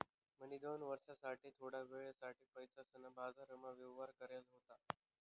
म्हणी दोन वर्ष साठे थोडा वेळ साठे पैसासना बाजारमा व्यवहार करेल होता